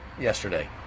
yesterday